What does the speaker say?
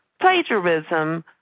plagiarism